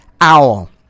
Owl